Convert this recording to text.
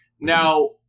Now